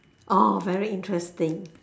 orh very interesting